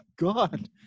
god